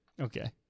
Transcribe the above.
okay